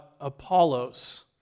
Apollos